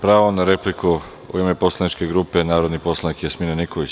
Pravo na repliku, u ime poslaničke grupe, narodni poslanik Jasmina Nikolić.